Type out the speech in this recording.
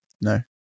No